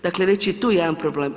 Dakle već je i tu jedan problem.